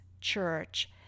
Church